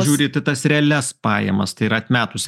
žiūrit į tas realias pajamas tai yra atmetus